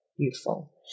beautiful